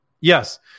Yes